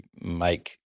make